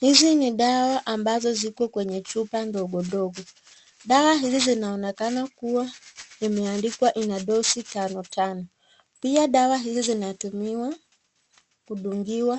Hizi ni dawa ambazo ziko kwenye chupa ndogondogo. Dawa hizi zinaonekana kuwa imeandikwa ina dosi tano tano. Pia dawa hizi zinatumiwa kudungiwa